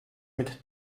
mit